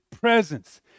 presence